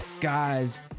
Guys